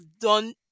done